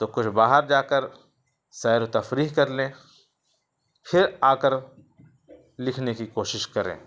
تو کچھ باہر جا کر سیر و تفریح کر لیں پھر آ کر لکھنے کی کوشش کریں